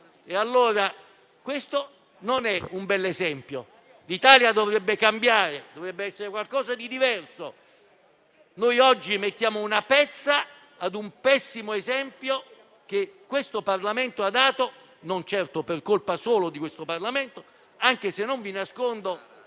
Questo non è quindi un bell'esempio. L'Italia dovrebbe cambiare, dovrebbe essere qualcosa di diverso; oggi mettiamo una pezza a un pessimo esempio che questo Parlamento ha dato, non certo solo per colpa sua, anche se non vi nascondo